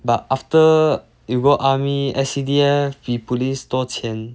but after you go army S_C_D_F be police 多钱